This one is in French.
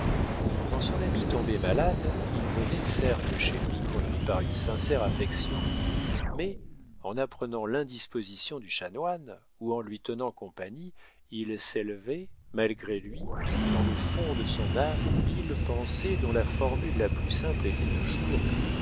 quand son ami tombait malade il venait certes chez lui conduit par une sincère affection mais en apprenant l'indisposition du chanoine ou en lui tenant compagnie il s'élevait malgré lui dans le fond de son âme mille pensées dont la formule la plus simple était toujours